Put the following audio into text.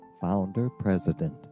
founder-president